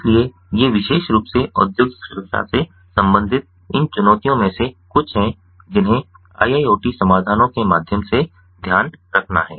इसलिए ये विशेष रूप से औद्योगिक सुरक्षा से संबंधित इन चुनौतियों में से कुछ हैं जिन्हें IIoT समाधानों के माध्यम से ध्यान रखना है